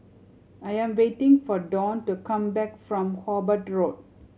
I am waiting for Dawn to come back from Hobart Road